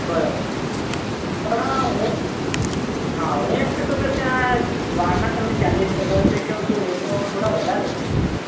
બરાબર છે પણ આ હું હા હું એમ કહેતો હતો કે આ વારના તમે ચાળીસ હજાર રૂપિયા કહો છો એ તો થોડા વધારે છે ભાવ